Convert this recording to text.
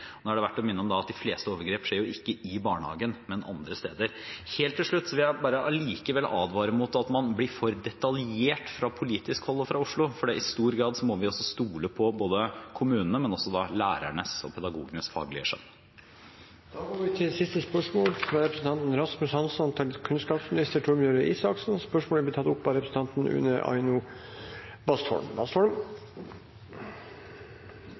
er verdt å minne om at de fleste overgrep jo ikke skjer i barnehagen, men andre steder. Helt til slutt vil jeg allikevel advare mot at man blir for detaljert fra politisk hold og fra Oslo, for i stor grad må vi også stole på både kommunene og på lærernes og pedagogenes faglige skjønn. Dette spørsmålet, fra representanten Rasmus Hansson til kunnskapsministeren, vil bli tatt opp av representanten Une Aina Bastholm.